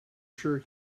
sure